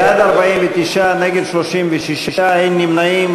בעד, 49, נגד, 36, אין נמנעים.